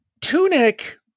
Tunic